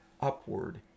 upward